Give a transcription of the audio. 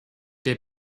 der